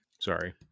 Sorry